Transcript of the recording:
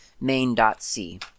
main.c